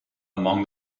among